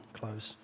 close